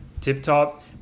tip-top